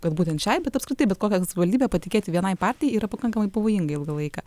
kad būtent šiai bet apskritai bet kokią savivaldybę patikėti vienai partijai yra pakankamai pavojinga ilgą laiką